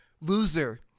Loser